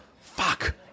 Fuck